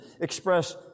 express